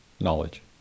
knowledge